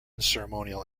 ceremonial